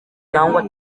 cyangwa